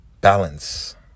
Balance